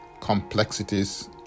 complexities